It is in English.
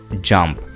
jump